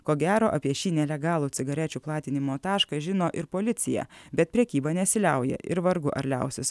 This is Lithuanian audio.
ko gero apie šį nelegalų cigarečių platinimo tašką žino ir policija bet prekyba nesiliauja ir vargu ar liausis